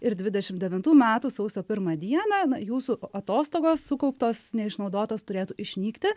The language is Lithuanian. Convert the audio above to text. ir dvidešimt devintų metų sausio pirmą dieną na jūsų atostogos sukauptos neišnaudotos turėtų išnykti